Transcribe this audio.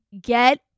get